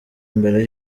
mbere